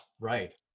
Right